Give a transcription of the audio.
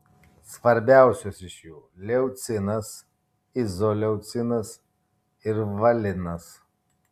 svarbiausios iš jų leucinas izoleucinas ir valinas